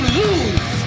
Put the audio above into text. lose